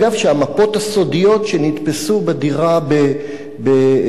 שהמפות הסודיות שנתפסו בדירה בקריית-משה